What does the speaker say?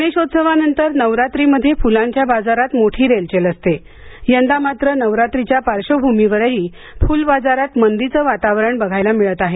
गणेशोत्सवानंतर नवरात्रीमध्ये फुलांच्या बाजारात मोठी रेलचेल असते यंदा मात्र नवरात्रीच्या पार्श्वभूमीवरही फुलबाजारात मंदीचे वातावरण पाहायला मिऴत आहे